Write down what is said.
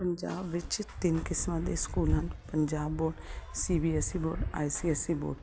ਪੰਜਾਬ ਵਿੱਚ ਤਿੰਨ ਕਿਸਮਾਂ ਦੇ ਸਕੂਲ ਹਨ Punjab board C B S E board I C S E board